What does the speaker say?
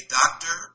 doctor